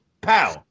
pow